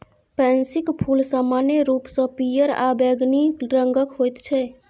पैंसीक फूल समान्य रूपसँ पियर आ बैंगनी रंगक होइत छै